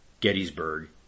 Gettysburg